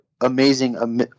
amazing